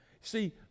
See